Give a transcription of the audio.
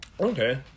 Okay